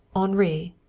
henri,